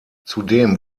zudem